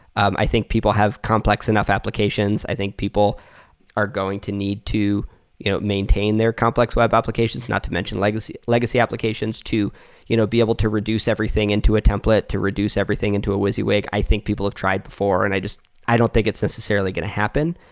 um i think people have complex enough applications. i think people are going to need to you know maintain their complex web applications. not to mention legacy legacy applications to you know be able to reduce everything into a template, to reduce everything into a wysiwyg. i think people have tried before and i don't think it's necessarily going to happen.